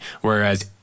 Whereas